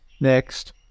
Next